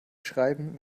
schreiben